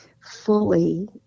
fully